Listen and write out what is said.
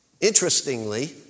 Interestingly